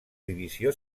divisió